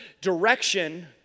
direction